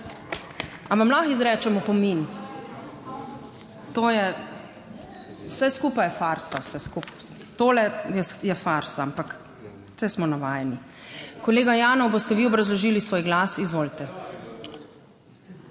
vam lahko izrečem opomin? To je vse skupaj je farsa, vse skupaj... Tole je farsa, ampak saj smo navajeni. Kolega Janev, boste vi obrazložili svoj glas? Izvolite.